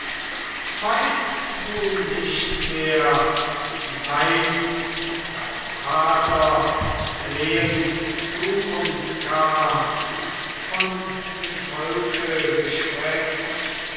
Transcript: weißt du nicht mehr wie einst dein vater flehend zu uns kam von dem volke geschreckt